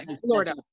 Florida